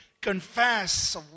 confess